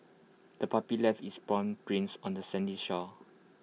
the puppy left its paw prints on the sandy shore